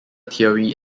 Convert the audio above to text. theory